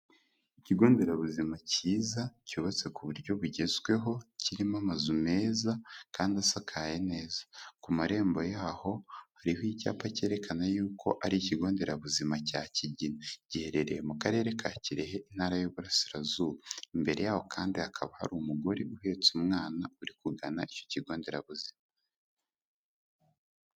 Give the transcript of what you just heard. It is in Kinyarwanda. Ikigo nderabuzima cyiza, cyubatse ku buryo bugezweho, kirimo amazu meza kandi asakaye neza. Ku marembo yaho hariho icyapa cyerekana yuko ari ikigo nderabuzima cya Kigina, giherereye mu karere ka Kirehe, intara y'ububurasirazuba. Imbere yaho kandi hakaba hari umugore uhetse umwana, uri kugana icyo kigo nderabuzima.